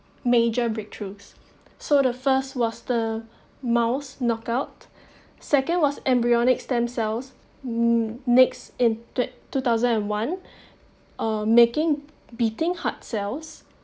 major breakthroughs so the first was the mouse knockout second was embryonic stem cells n~ next in tw~ two thousand and one uh making beating heart cells